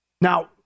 Now